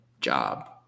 job